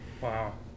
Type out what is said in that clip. Wow